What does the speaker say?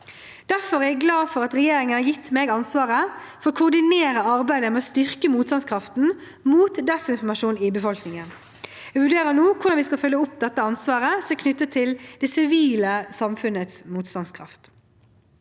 Derfor er jeg glad for at regjeringen har gitt meg ansvaret for å koordinere arbeidet med å styrke motstandskraften mot desinformasjon i befolkningen. Jeg vurderer nå hvordan vi skal følge opp dette ansvaret, som er knyttet til det sivile samfunnets motstandskraft.